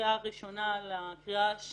בהכנה לקריאה